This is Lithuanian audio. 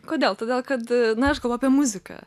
kodėl todėl kad na aš galvoju apie muziką